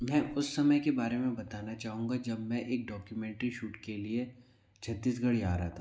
मैं उस समय के बारे में बताना चाहूंगा जब मैं एक डॉक्यूमेंट्री शूट के लिए छत्तीसगढ़ जा रहा था